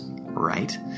right